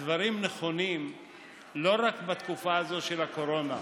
הדברים נכונים לא רק בתקופה הזאת של הקורונה.